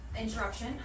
interruption